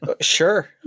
sure